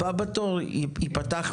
המכרז הבא בתור יפתח,